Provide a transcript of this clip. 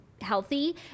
healthy